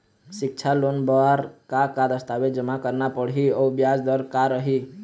सिक्छा लोन बार का का दस्तावेज जमा करना पढ़ही अउ ब्याज दर का रही?